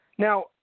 Now